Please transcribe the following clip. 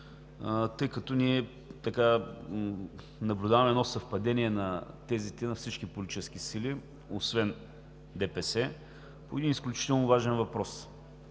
тъй като ние наблюдаваме едно съвпадение на тезите на всички политически сили, освен ДПС, по един изключително важен въпрос.